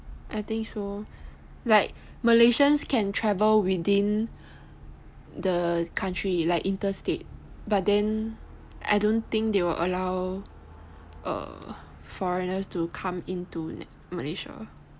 I think so like malaysians can travel within the country like interstate but then I don't think they will allow err foreigners to come into Malaysia